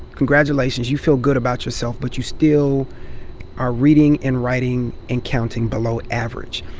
congratulations. you feel good about yourself. but you still are reading and writing and counting below average.